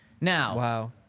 Now